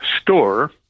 store